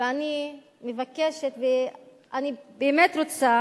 ואני מבקשת, ואני באמת רוצה